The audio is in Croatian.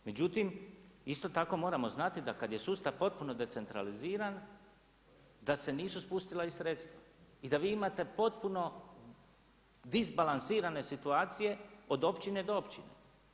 Međutim, isto tako moramo znati da kada je sustav potpuno decentraliziran da se nisu spustila i sredstva i da vi imate potpuno disbalansirane situacije od općine do općine.